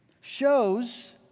shows